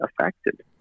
affected